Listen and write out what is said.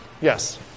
Yes